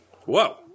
Whoa